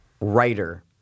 Writer